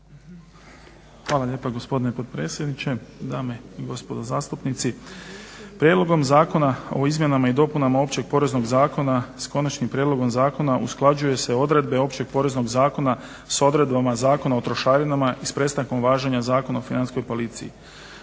Hvala lijepa gospodine potpredsjedniče, dame i gospodo zastupnici. Prijedlogom zakona o izmjenama i dopunama Općeg poreznog zakona s konačnim prijedlogom zakona usklađuju se odredbe Općeg poreznog zakona sa odredbama Zakona o trošarinama i s prestankom važenja Zakona o Financijskoj policiji.